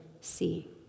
see